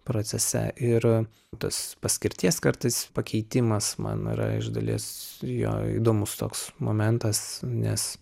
procese ir tas paskirties kartais pakeitimas man yra iš dalies jo įdomus toks momentas nes